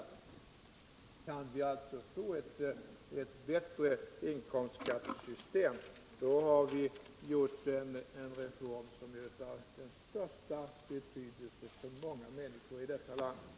Kan vi alltså få ett bättre inkomstskattesystem, då har vi genomfört en reform som är av största betydelse för många människor i detta land.